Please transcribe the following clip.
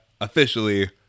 officially